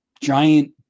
giant